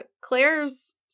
Claire's